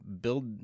build